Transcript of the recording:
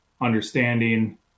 understanding